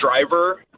driver